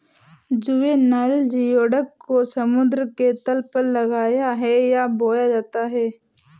juvenile geoduck को समुद्र के तल पर लगाया है या बोया जाता है